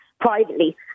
privately